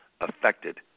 affected